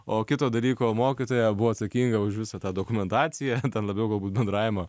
o kito dalyko mokytoja buvo atsakinga už visą tą dokumentaciją labiau galbūt bendravimo